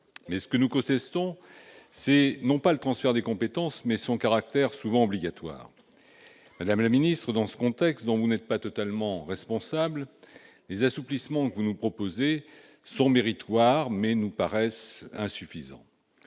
! Ce que nous contestons, c'est non pas le transfert des compétences, mais son caractère souvent obligatoire. Madame la ministre, dans ce contexte dont vous n'êtes pas totalement responsable, les assouplissements que vous nous proposez sont méritoires, mais nous paraissent insuffisants.